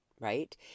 right